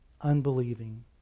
unbelieving